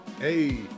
Hey